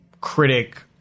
critic